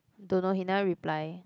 don't know he never reply